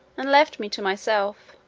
and left me to myself,